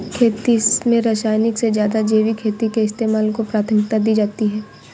खेती में रासायनिक से ज़्यादा जैविक खेती के इस्तेमाल को प्राथमिकता दी जाती है